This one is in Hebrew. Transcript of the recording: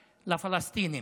לפלסטינים.